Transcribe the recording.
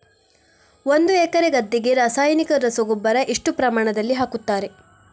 ಒಂದು ಎಕರೆ ಗದ್ದೆಗೆ ರಾಸಾಯನಿಕ ರಸಗೊಬ್ಬರ ಎಷ್ಟು ಪ್ರಮಾಣದಲ್ಲಿ ಹಾಕುತ್ತಾರೆ?